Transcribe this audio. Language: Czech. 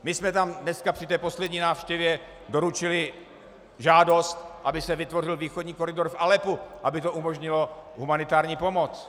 My jsme tam dneska při té poslední návštěvě doručili žádost, aby se vytvořil východní koridor v Aleppu, aby to umožnilo humanitární pomoc.